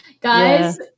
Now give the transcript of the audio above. Guys